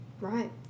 Right